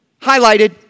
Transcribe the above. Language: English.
highlighted